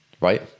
right